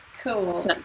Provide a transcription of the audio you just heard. cool